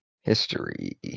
History